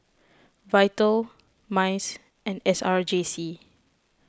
Vital Mice and S R J C